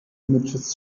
images